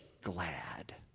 glad